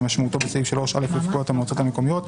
כמשמעותו בסעיף 3(א) לפקודת המועצות המקומיות.